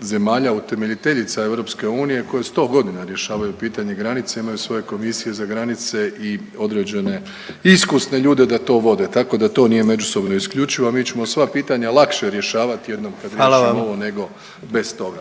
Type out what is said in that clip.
zemalja utemiteljica Europske unije koje 100 godina rješavaju pitanje granica. Imaju svoje komisije za granice i određene iskusne ljude da to vode. Tako da to nije međusobno isključivo, a mi ćemo sva pitanja lakše rješavati jednom kada riješimo ovo, nego bez toga.